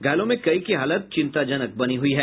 घायलों में कई की हालत चिंताजनक बनी हुयी है